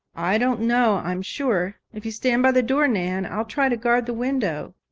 i don't know, i'm sure. if you'll stand by the door, nan, i'll try to guard the window.